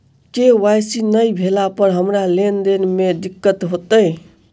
KYC नै भेला पर हमरा लेन देन मे दिक्कत होइत?